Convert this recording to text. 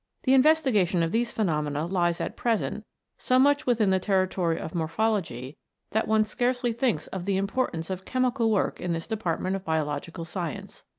the investigation of these phenomena lies at present so much within the territory of morphology that one scarcely thinks of the importance of chemical work in this department of biological science.